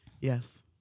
Yes